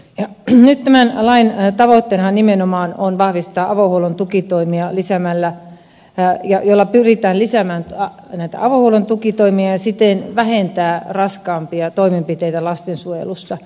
nyt tämän lain tavoitteenahan nimenomaan on vahvistaa avohuollon tukitoimia ja jolla pyritään lisäämään talouden tukitoimia siten vähentää raskaampia toimenpiteitä lastensuojelussa